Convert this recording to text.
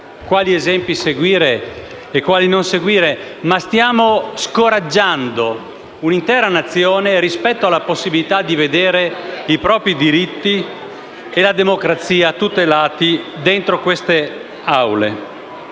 quali esempi seguire e quali no. Soprattutto, stiamo scoraggiando un'intera Nazione rispetto alla possibilità di vedere i propri diritti e la democrazia tutelati dentro queste Aule.